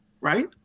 right